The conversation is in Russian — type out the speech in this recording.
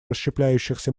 расщепляющихся